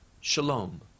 Shalom